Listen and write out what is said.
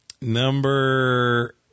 Number